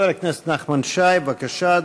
חבר הכנסת נחמן שי, בבקשה,